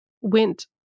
went